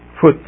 foot